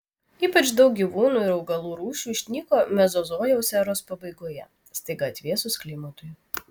ypač daug gyvūnų ir augalų rūšių išnyko mezozojaus eros pabaigoje staiga atvėsus klimatui